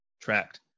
tracked